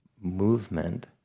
movement